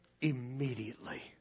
immediately